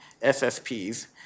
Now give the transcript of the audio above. SSPs